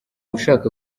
ushaka